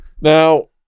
Now